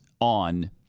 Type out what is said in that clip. on